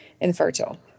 infertile